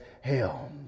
hell